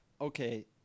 Okay